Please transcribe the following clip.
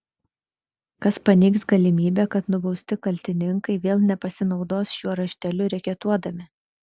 kas paneigs galimybę kad nubausti kaltininkai vėl nepasinaudos šiuo rašteliu reketuodami